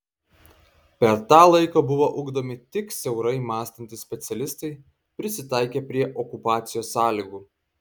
per tą laiką buvo ugdomi tik siaurai mąstantys specialistai prisitaikę prie okupacijos sąlygų